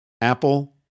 Apple